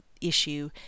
issue